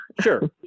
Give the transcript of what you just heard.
Sure